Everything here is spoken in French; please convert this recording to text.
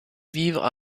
vivre